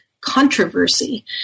controversy